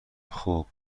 خوب